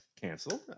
canceled